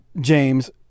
James